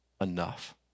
enough